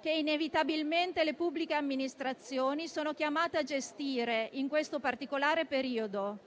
che inevitabilmente le pubbliche amministrazioni sono chiamate a gestire in questo particolare periodo,